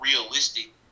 realistic